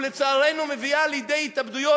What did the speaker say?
ולצערנו מביאה לידי התאבדויות,